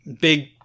big